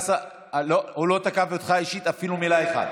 הוא לא תקף אותך אישית אפילו במילה אחת.